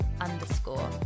underscore